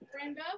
Rainbow